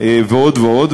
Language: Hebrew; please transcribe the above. ועוד ועוד.